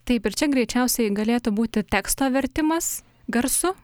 taip ir čia greičiausiai galėtų būti teksto vertimas garsu